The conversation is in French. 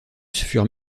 furent